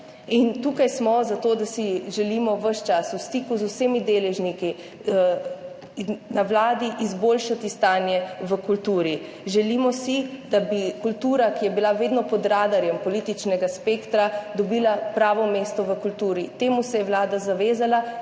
Tukaj smo zato, ker si želimo ves čas v stiku z vsemi deležniki na vladi izboljšati stanje v kulturi. Želimo si, da bi kultura, ki je bila vedno pod radarjem političnega spektra, dobila pravo mesto v kulturi. Temu se je vlada zavezala